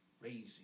crazy